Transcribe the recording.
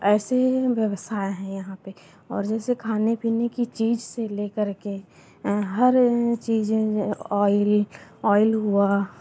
ऐसे व्यवसाय है यहाँ पर और जैसे खाने पीने की चीज़ से लेकर के हर चीज़ ऑइल ऑइल हुआ